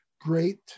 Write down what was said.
great